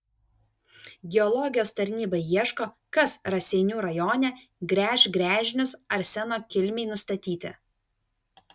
geologijos tarnyba ieško kas raseinių rajone gręš gręžinius arseno kilmei nustatyti